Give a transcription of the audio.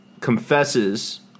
confesses